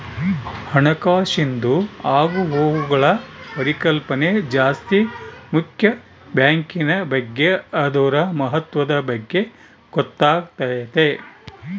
ಹಣಕಾಸಿಂದು ಆಗುಹೋಗ್ಗುಳ ಪರಿಕಲ್ಪನೆ ಜಾಸ್ತಿ ಮುಕ್ಯ ಬ್ಯಾಂಕಿನ್ ಬಗ್ಗೆ ಅದುರ ಮಹತ್ವದ ಬಗ್ಗೆ ಗೊತ್ತಾತತೆ